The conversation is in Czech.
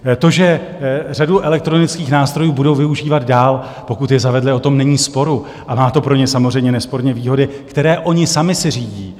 To, že řadu elektronických nástrojů budou využívat dál, pokud je zavedli, o tom není sporu a má to pro ně samozřejmě nesporně výhody, které oni sami si řídí.